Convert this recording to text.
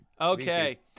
Okay